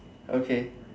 okay